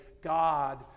God